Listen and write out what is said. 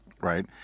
right